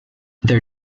their